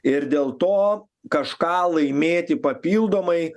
ir dėl to kažką laimėti papildomai